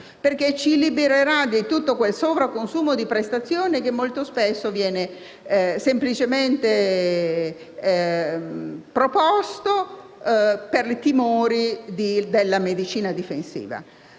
perché ci libererà di tutto quel sovraconsumo di prestazioni che molto spesso viene proposto semplicemente per i timori propri della medicina difensiva,